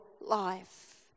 life